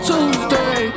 Tuesday